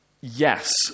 Yes